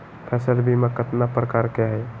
फसल बीमा कतना प्रकार के हई?